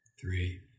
three